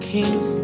King